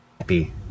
happy